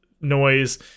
noise